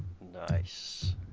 Nice